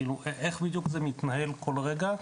כאילו איך בדיוק זה מתנהל כל רגע?